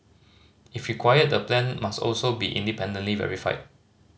if required the plan must also be independently verified